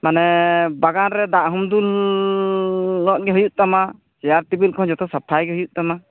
ᱢᱟᱱᱮ ᱵᱟᱜᱟᱱ ᱨᱮ ᱫᱟᱜ ᱦᱚᱢ ᱫᱩᱞᱟᱜ ᱜᱮ ᱦᱩᱭᱩᱜ ᱛᱟᱢᱟ ᱪᱮᱭᱟᱨ ᱴᱤᱵᱤᱞ ᱠᱚᱦᱚᱸ ᱡᱚᱛᱚ ᱥᱟᱯᱷᱟᱭ ᱜᱮ ᱦᱩᱭᱩᱜ ᱛᱟᱢᱟ